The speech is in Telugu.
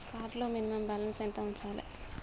కార్డ్ లో మినిమమ్ బ్యాలెన్స్ ఎంత ఉంచాలే?